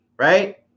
right